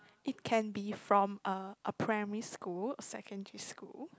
it can be from uh a primary school a secondary school